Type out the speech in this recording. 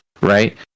right